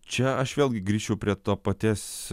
čia aš vėlgi grįščiau prie to paties